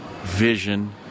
vision